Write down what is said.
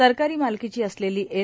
सरकारी मालकीची असलेली एल